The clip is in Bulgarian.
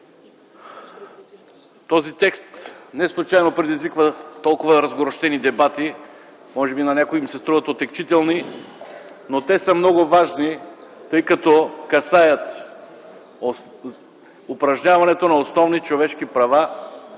Този текст не случайно предизвиква толкова разгорещени дебати. Може би на някого му се струват отегчителни, но те са много важни, тъй като касаят упражняването на основни човешки права,